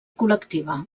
col·lectiva